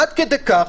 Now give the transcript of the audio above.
עד כדי כך,